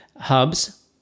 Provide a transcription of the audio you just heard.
Hubs